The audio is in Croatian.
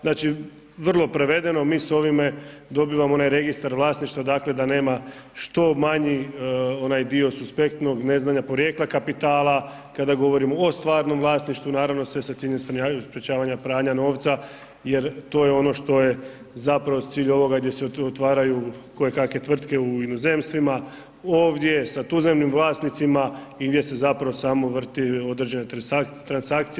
Znači vrlo prevedeno, mi s ovime dobivamo onaj registar vlasništva, dakle da nema što manji onaj dio suspektnog ne znanja porijekla kapitala kada govorimo o stvarnom vlasništvu naravno sve s ciljem sprječavanja pranja novca jer to je ono što je zapravo cilj ovoga gdje se otvaraju kojekakve tvrtke u inozemstvima, ovdje sa tuzemnim vlasnicima i gdje se zapravo samo vrti određene transakcije.